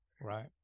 Right